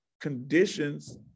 conditions